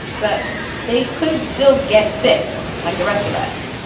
but they could still get sick like the rest of us.